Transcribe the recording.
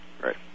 Right